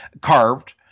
carved